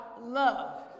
love